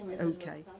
Okay